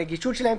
הנגישות שלהן.